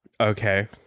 Okay